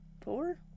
four